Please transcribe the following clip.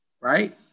Right